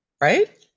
right